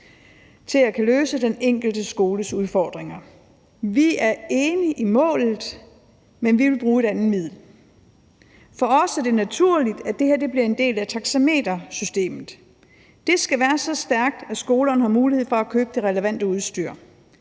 til at kunne løse den enkelte skoles udfordringer. Vi er enige i målet, men vi vil bruge et andet middel. For os er det naturligt, at det her bliver en del af taxametersystemet. Det skal være så stærkt, at skolerne har mulighed for at købe det relevante udstyr.